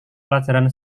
pelajaran